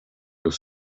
los